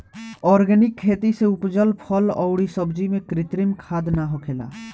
organic खेती से उपजल फल अउरी सब्जी में कृत्रिम खाद ना होखेला